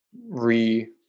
re